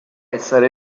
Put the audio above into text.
essere